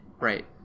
Right